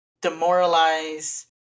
demoralize